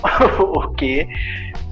Okay